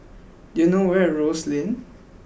do you know where is Rose Lane